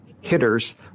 hitters